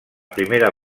primera